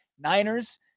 Niners